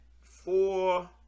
four